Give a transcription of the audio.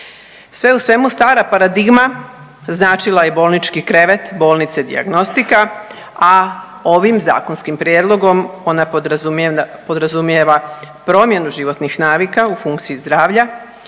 Sve u svemu stara paradigma značila je bolnički krevet, bolnice, dijagnostika, a ovim zakonskim prijedlogom ona podrazumijeva promjenu životnih navika u funkciji zdravlja,